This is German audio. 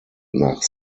nach